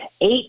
eight